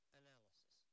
analysis